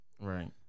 Right